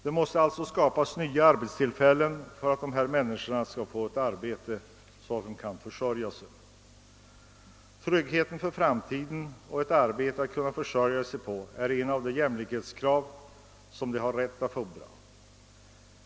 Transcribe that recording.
Det måste alltså skapas nya arbetstillfällen för att dessa människor skall kunna försörja sig. Trygghet för framtiden och ett arbete att försörja sig på är ett par av de jämlikhetskrav som de har rätt att ställa.